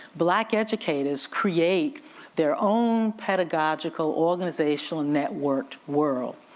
black educators create their own pedagogical organizational networked world.